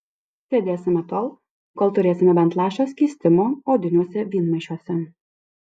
sėdėsime tol kol turėsime bent lašą skystimo odiniuose vynmaišiuose